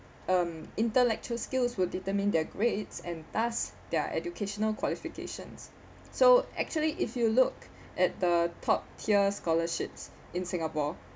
um intellectual skills will determine their grades and thus their educational qualifications so actually if you look at the top tier scholarships in singapore